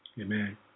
Amen